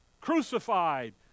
crucified